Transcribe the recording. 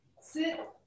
Sit